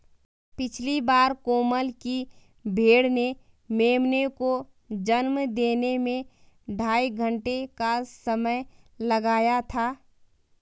पिछली बार कोमल की भेड़ ने मेमने को जन्म देने में ढाई घंटे का समय लगाया था